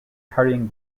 carrying